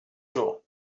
jours